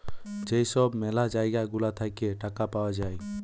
যেই সব ম্যালা জায়গা গুলা থাকে টাকা পাওয়া যায়